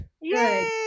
Yay